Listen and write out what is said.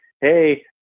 Hey